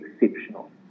exceptional